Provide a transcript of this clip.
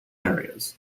areas